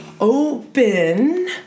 open